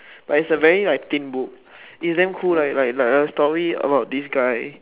but it's a very like thin book it's damn cool like like like it's a story about this guy